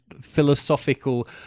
philosophical